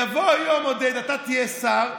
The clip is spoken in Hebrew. יבוא היום, עודד, אתה תהיה שר,